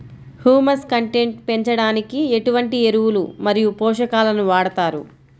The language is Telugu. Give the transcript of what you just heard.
హ్యూమస్ కంటెంట్ పెంచడానికి ఎటువంటి ఎరువులు మరియు పోషకాలను వాడతారు?